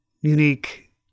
unique